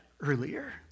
earlier